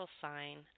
sign